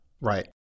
Right